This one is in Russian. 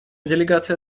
делегация